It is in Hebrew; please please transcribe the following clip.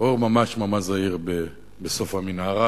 אור ממש ממש זעיר בסוף המנהרה,